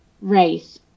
race